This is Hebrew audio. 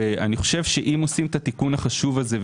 אני חושב שאם עושים את התיקון החשוב הזה,